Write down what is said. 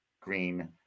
Green